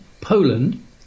Poland